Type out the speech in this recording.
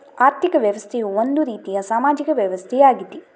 ಆರ್ಥಿಕ ವ್ಯವಸ್ಥೆಯು ಒಂದು ರೀತಿಯ ಸಾಮಾಜಿಕ ವ್ಯವಸ್ಥೆಯಾಗಿದೆ